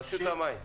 רשות המים.